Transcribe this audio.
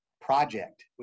project